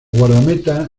guardameta